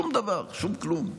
שום דבר, שום כלום.